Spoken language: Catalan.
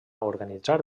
organitzar